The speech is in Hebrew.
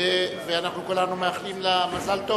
ואנחנו כולנו מאחלים לה מזל טוב.